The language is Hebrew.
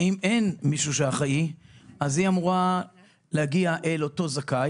אם אין מי שאחראי היא אמורה להגיע לאותו זכאי